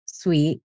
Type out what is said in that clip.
Sweet